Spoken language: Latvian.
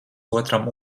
otram